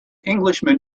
englishman